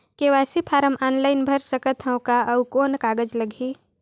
KYC form online भर सकत हवं का? अउ कौन कागज लगही?